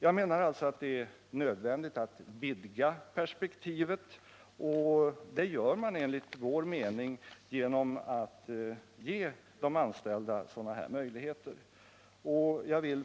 Jag menar alltså att det är nödvändigt att vidga perspektivet, och det gör man, enligt vår mening, genom att ge de anställda sådana här möjligheter.